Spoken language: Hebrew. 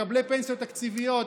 מקבלי פנסיות תקציביות,